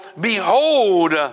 behold